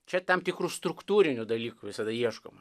čia tam tikrų struktūrinių dalykų visada ieškoma